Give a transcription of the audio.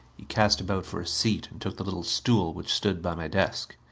he cast about for a seat, and took the little stool which stood by my desk.